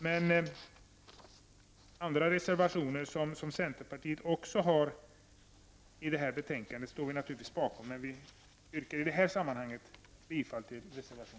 Centern har även fogat en andra reservation till betänkandet, vilken vi naturligtvis står bakom, men jag yrkar i detta sammanhang inte bifall till den.